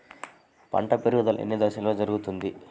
పంట పెరుగుదల ఎన్ని దశలలో జరుగును?